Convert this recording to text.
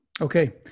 Okay